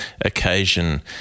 occasion